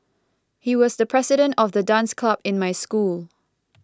he was the president of the dance club in my school